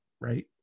right